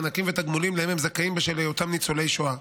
מענקים ותגמולים שהם זכאים להם בשל היותם ניצולי שואה.